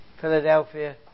Philadelphia